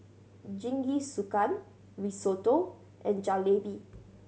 Jingisukan Risotto and Jalebi